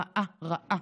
רעה, רעה.